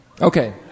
Okay